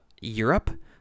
Europe